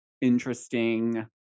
interesting